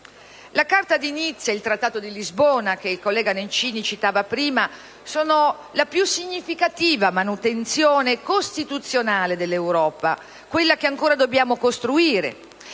La Carta di Nizza e il Trattato di Lisbona, che il collega Nencini ha citato, sono la più significativa manutenzione costituzionale dell'Europa, quella che ancora dobbiamo costruire,